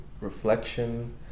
reflection